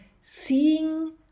seeing